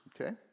okay